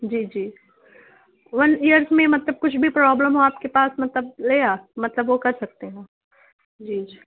جی جی one years میں مطلب کچھ بھی پرابلم ہو آپ کے پاس مطلب لے آ مطلب وہ کر سکتے ہیں جی جی